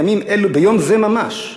ביום זה ממש,